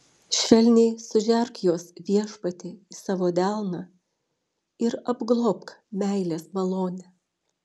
švelniai sužerk juos viešpatie į savo delną ir apglobk meilės malone